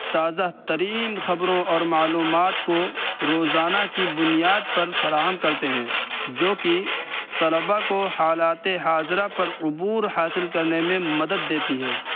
تازہ ترین خبروں اور معلومات کو روزانہ کی بنیاد پر فراہم کرتے ہیں جوکہ طلباء کو حالات حاضرہ پر عبور حاصل کرنے میں مدد دیتی ہے